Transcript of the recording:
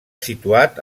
situat